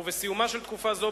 ובסיומה של תקופה זו,